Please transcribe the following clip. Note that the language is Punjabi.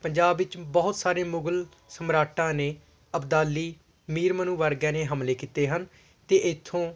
ਪੰਜਾਬ ਵਿੱਚ ਬਹੁਤ ਸਾਰੇ ਮੁਗਲ ਸਮਰਾਟਾਂ ਨੇ ਅਬਦਾਲੀ ਮੀਰ ਮਨੂ ਵਰਗਿਆਂ ਨੇ ਹਮਲੇ ਕੀਤੇ ਹਨ ਅਤੇ ਇੱਥੋਂ